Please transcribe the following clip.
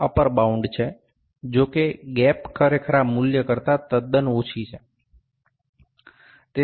આ upper bound છે જો કે ગેપ ખરેખર આ મૂલ્ય કરતા તદ્દન ઓછી છે